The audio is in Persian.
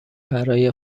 برای